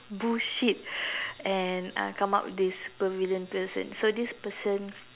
bullshit and uh come up with this sueprvillian person so this person